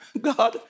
God